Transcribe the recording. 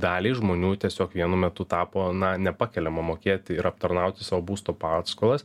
daliai žmonių tiesiog vienu metu tapo na nepakeliama mokėti ir aptarnauti savo būsto paskolas